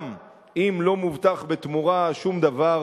גם אם לא מובטח בתמורה שום דבר